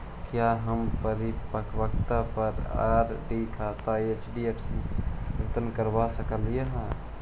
क्या हम परिपक्वता पर आर.डी खाता एफ.डी में परिवर्तित करवा सकअ हियई